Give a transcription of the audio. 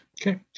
Okay